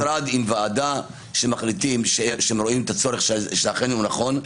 המשרד עם ועדה שמחליטים שהם רואים שהצורך אכן נכון.